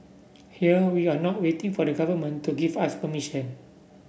here we are not waiting for the Government to give us permission